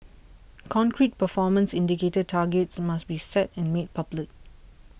concrete performance indicator targets must be set and made public